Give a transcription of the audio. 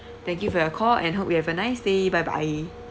thank you for your call and hope you'll have a nice day bye bye